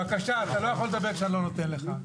בבקשה, אתה לא יכול לדבר כשאני לא נותן לך.